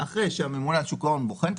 אחרים.